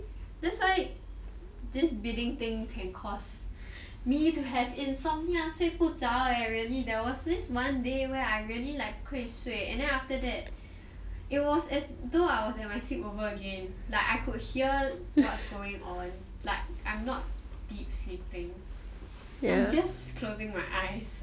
that's why this bidding thing can cause me to have insomnia 睡不着 eh really there was this one day where I really like 不可以睡 and then after that it was as though I was at my sleepover again like I could hear what's going on like I'm not deep sleeping I'm just closing my eyes